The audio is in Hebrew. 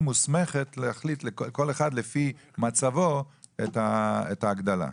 מוסמכת להחליט כל אחד לפי מצבו את ההגדלה.